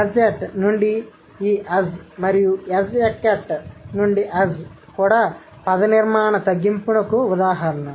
ez t నుండి ఈ az మరియు ez ek et నుండి az కూడా పదనిర్మాణ తగ్గింపుకు ఉదాహరణ